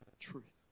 truth